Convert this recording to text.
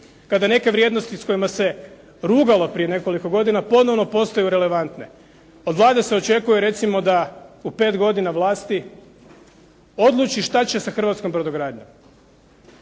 kada neke vrijednosti s kojima se rugalo prije nekoliko godina, ponovno postaju relevantne. Od Vlade se očekuje recimo da u pet godina vlasti odluči šta će sa hrvatskom brodogradnjom.